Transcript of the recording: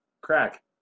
Crack